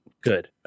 Good